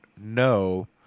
no